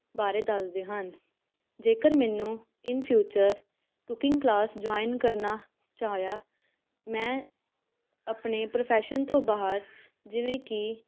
ਬਾਰੇ ਦੱਸਦੇ ਹਨ ਜੇਕਰ ਮੈਨੂੰ in future cooking class join ਕਰਨਾ ਚਾਹਿਆ ਮੈਂ ਆਪਣੇ ਪ੍ਰੋਫੈਸ਼ਨ ਤੋਂ ਬਾਹਰ ਜਿਵੇਂ ਕਿ